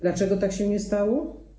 Dlaczego tak się nie stało?